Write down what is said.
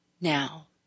Now